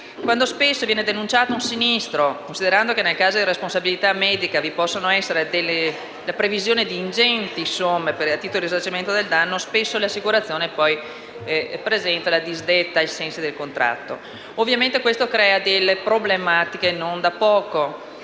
Quando viene denunciato un sinistro, considerando che nei casi di responsabilità medica vi può essere la previsione di somme ingenti a titolo di risarcimento del danno, spesso l'assicurazione presenta poi la disdetta ai sensi del contratto. Ovviamente, questo crea problematiche non da poco.